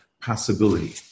possibility